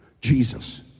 Jesus